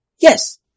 Yes